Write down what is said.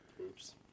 Oops